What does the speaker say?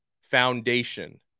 foundation